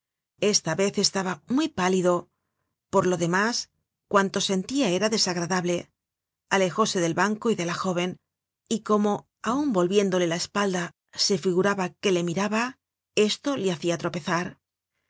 esta vez estaba muy pálido por lo demás cuanto sentia era desagrable alejóse del banco y de la jóven y como aun volviéndola la espalda se figuraba que le miraba esto le hacia tropezar no